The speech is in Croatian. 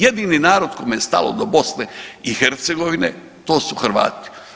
Jedini narod kome me stalo do BiH to su Hrvati.